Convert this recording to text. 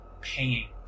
paying